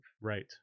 right